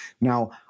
Now